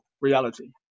reality